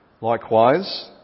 likewise